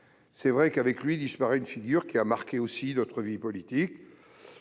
2004 à 2014. Avec lui disparaît une figure qui a marqué notre vie politique,